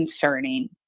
concerning